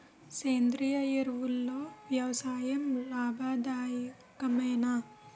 సేంద్రీయ ఎరువులతో వ్యవసాయం లాభదాయకమేనా?